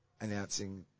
announcing